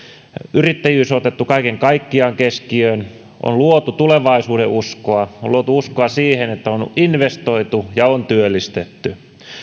yrittäjyys on otettu kaiken kaikkiaan keskiöön on luotu tulevaisuudenuskoa on luotu uskoa siihen että on investoitu ja on työllistetty